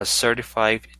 certified